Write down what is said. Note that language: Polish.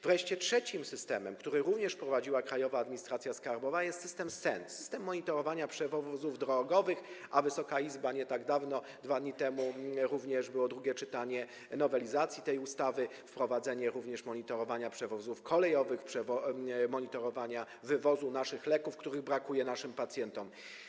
Wreszcie trzecim systemem, który również wprowadziła Krajowa Administracja Skarbowa, jest system SENT, system monitorowania przewozów drogowych, a w Wysokiej Izbie nie tak dawno, 2 dni temu również było drugie czytanie nowelizacji tej ustawy, wprowadzenie również monitorowania przewozów kolejowych, monitorowania wywozu naszych leków, których brakuje naszym pacjentom.